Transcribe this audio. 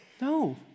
No